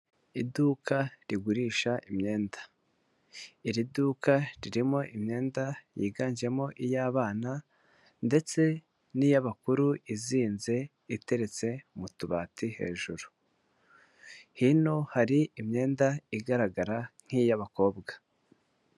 Iduka rigurisha imyenda, iri duka ririmo imyenda yiganjemo iy'abana ndetse n'iy'abakuru izinze iteretse mu tubati hejuru hino hari imyenda igaragara nk'iy'abakobwa.